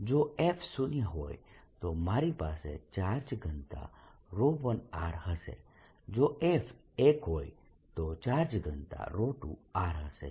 જો f શુન્ય હોય તો મારી પાસે ચાર્જ ઘનતા 1r હશે જો f એક હોય તો ચાર્જ ઘનતા 2r હશે